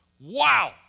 wow